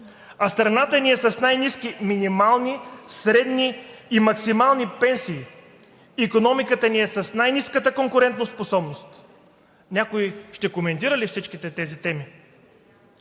а страната ни е с най-ниски минимални, средни и максимални пенсии, икономиката ни е с най-ниската конкурентоспособност. Някой ще коментира ли всичките тези теми?